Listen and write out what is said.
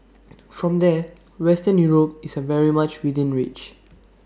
from there western Europe is very much within reach